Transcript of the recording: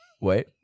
Wait